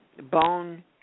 bone